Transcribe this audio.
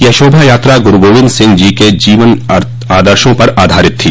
यह शोभा यात्रा गुरू गोविंद सिंह जी के जीवन आदर्शो पर आधारित थी